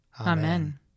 Amen